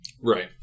Right